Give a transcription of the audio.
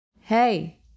Hey